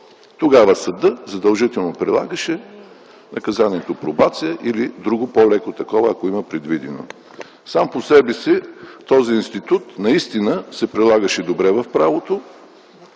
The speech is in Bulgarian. тогава съдът задължително прилагаше наказанието пробация или друго по-леко такова, ако има предвидено. Сам по себе си този институт наистина се прилагаше добре в правото.